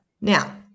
Now